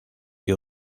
que